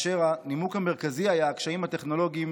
והנימוק המרכזי היה הקשיים הטכנולוגיים